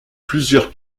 plusieurs